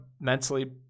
mentally